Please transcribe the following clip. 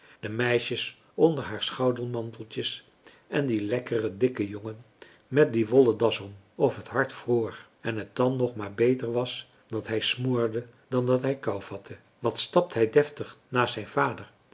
de meisjes onder haar schoudermanteltjes en die lekkere dikke jongen met die wollen das om of het hard vroor en het dan nog maar beter was dat hij smoorde dan dat hij kou vatte wat stapt hij deftig naast zijn vader